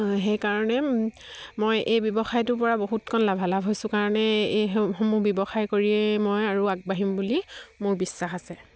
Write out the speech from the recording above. সেইকাৰণে মই এই ব্যৱসায়টোৰ পৰা বহুতকণ লাভালাভ হৈছোঁ কাৰণে এইসমূহ ব্যৱসায় কৰিয়েই মই আৰু আগবাঢ়িম বুলি মোৰ বিশ্বাস আছে